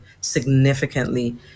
significantly